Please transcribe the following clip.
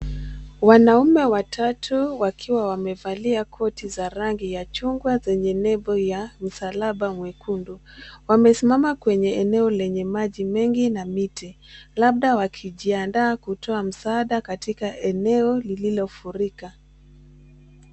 Wanaume watatu wakiwa wamevalia koti za rangi ya chungwa zenye nebo ya msalaba mwekundu. Wamesimama kwenye eneo lenye maji mengi na miti, labda wakijiandaa kutoa msaada katika eneo lililofurika.